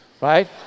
right